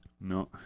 No